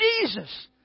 Jesus